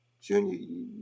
Junior